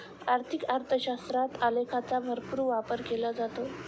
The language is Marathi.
आर्थिक अर्थशास्त्रात आलेखांचा भरपूर वापर केला जातो